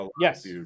Yes